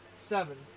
Seven